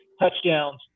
touchdowns